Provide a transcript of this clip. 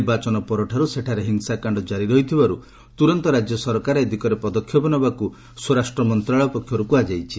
ନିର୍ବାଚନ ପରଠାରୁ ସେଠାରେ ହିଂସାକାଣ୍ଡ ଜାରି ରହିଥିବାରୁ ତୁରନ୍ତ ରାଜ୍ୟ ସରକାର ଏ ଦିଗରେ ପଦକ୍ଷେପ ନେବାକୁ ସ୍ୱରାଷ୍ଟ୍ର ମନ୍ତ୍ରଣାଳୟ ପକ୍ଷରୁ କୁହାଯାଇଛି